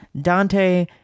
Dante